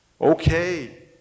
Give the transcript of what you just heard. Okay